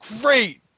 great